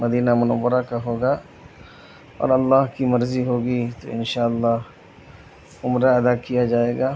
مدینہ منورہ کا ہوگا اور اللہ کی مرضی ہوگی تو ان شاء اللہ عمرہ ادا کیا جائے گا